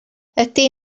ydy